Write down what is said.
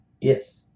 Yes